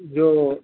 جو